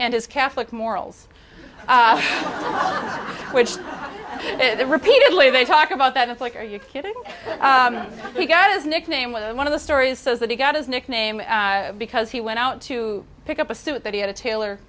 and his catholic morals which repeatedly they talk about that it's like are you kidding we got his nickname was one of the stories says that he got his nickname because he went out to pick up a suit that he had a tailor